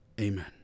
Amen